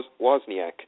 Wozniak